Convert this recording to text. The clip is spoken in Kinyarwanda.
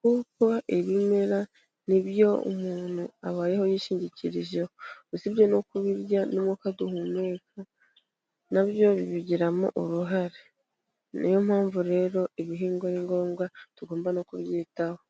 ,kuko ibimera ni byo umuntu abayeho yishingikirijeho. Usibye no kubirya ,n'umwuka duhumeka na byo bibigiramo uruhare. Ni yo mpamvu rero ibihingwa ari ngombwa, tugomba no kubyitaho.